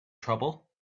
trouble